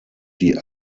die